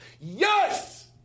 Yes